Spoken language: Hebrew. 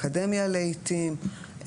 אקדמיה לעיתים,